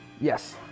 Yes